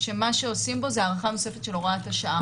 שמה שעושים בו זו הארכה נוספת של הוראת השעה.